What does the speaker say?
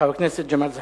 חבר הכנסת ג'מאל זחאלקה.